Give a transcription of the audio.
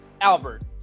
albert